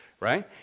right